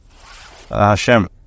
Hashem